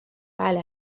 بله